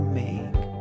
make